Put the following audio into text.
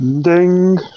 ding